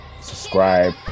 Subscribe